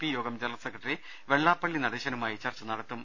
P യോഗം general secretary Vellappally നടേശനുമായി ചർച്ച നടത്തും